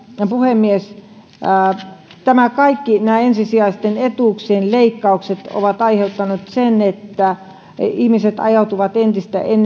puhemies nämä kaikki ensisijaisten etuuksien leikkaukset ovat aiheuttaneet sen että ihmiset ajautuvat entistä